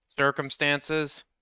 circumstances